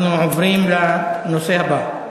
אנחנו עוברים לנושא הבא.